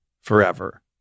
forever